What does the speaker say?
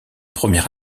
premier